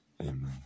Amen